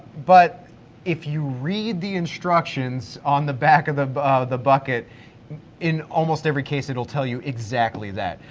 but if you read the instructions on the back of the the bucket in almost every case it'll tell you exactly that.